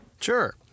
Sure